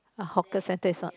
a hawker center is not